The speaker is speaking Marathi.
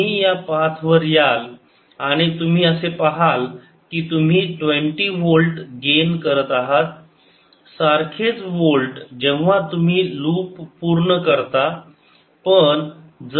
तुम्ही या पाथ वर याल आणि तुम्ही असे पाहाल की तुम्ही 20 वोल्ट गेन करत आहात सारखेच वोल्ट जेव्हा तुम्ही लूप पूर्ण करता